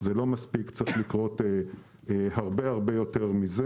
זה לא מספיק, צריך לקרות הרבה הרבה יותר מזה.